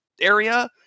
area